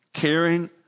Caring